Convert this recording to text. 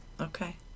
okay